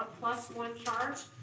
ah plus one charge,